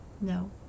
No